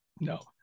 No